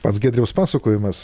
pats giedriaus pasakojimas